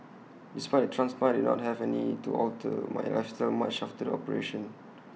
despite the transplant I did not have any to alter my lifestyle much after the operation